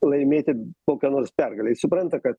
laimėti kokią nors pergalę jis supranta kad